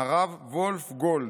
הרב וולף גולד,